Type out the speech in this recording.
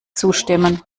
zustimmen